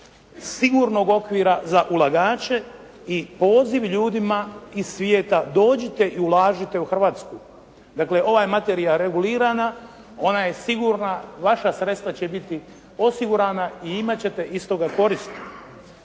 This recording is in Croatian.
sigurnog okvira za ulagače i poziv ljudima iz svijeta dođite i ulažite u Hrvatsku. Dakle, ova je materija regulirana. Ona je sigurna. Vaša sredstva će biti osigurana i imat ćete iz toga koristi.